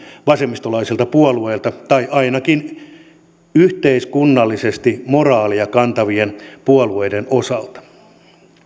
vasemmistolaisilta puolueilta tai ainakin yhteiskunnallisesti moraalia kantavien puolueiden osalta